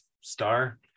Star